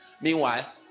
Meanwhile